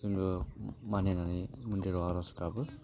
जोङो मानिनानै मन्दिराव आर'ज गाबो